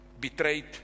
betrayed